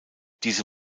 diese